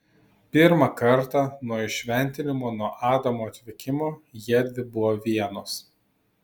pirmą kartą nuo įšventinimo nuo adamo atvykimo jiedvi buvo vienos